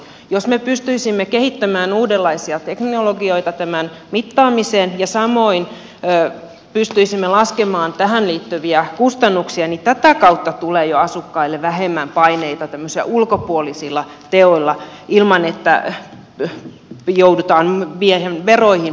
jos me pystyisimme kehittämään uudenlaisia teknologioita mittaamiseen ja samoin pystyisimme laskemaan tähän liittyviä kustannuksia niin jo tätä kautta tämmöisillä ulkopuolisilla teoilla tulisi asukkaille vähemmän paineita ilman että joudutaan veroihin puuttumaan